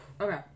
Okay